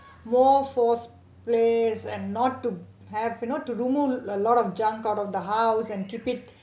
more forced place and not to have you know to remove a lot of junk out of the house and keep it